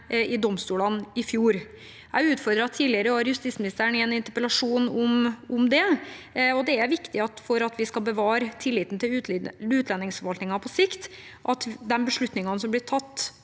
i domstolene i fjor. Jeg utfordret tidligere i år justisministeren i en interpellasjon om det. Det er viktig for at vi skal bevare tilliten til utlendingsforvaltningen på sikt, at de beslutningene som blir tatt,